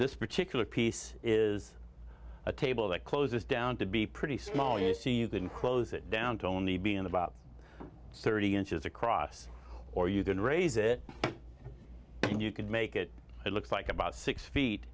this particular piece is a table that closes down to be pretty small you see you can close it down to only be in about thirty inches across or you can raise it and you could make it it looks like about six feet